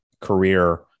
career